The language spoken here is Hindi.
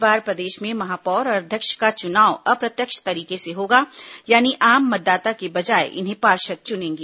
इस बार प्रदेश में महापौर और अध्यक्ष का चुनाव अप्रत्यक्ष तरीके से होगा यानी आम मतदाता के बजाय इन्हें पार्षद चुनेंगे